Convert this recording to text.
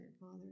Father